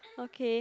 okay